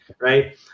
Right